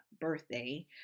birthday